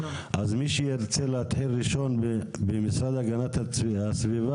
אז מי שירצה להתחיל ראשון במשרד להגנת הסביבה,